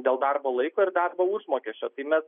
dėl darbo laiko ir darbo užmokesčio tai mes